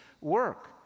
work